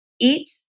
Eat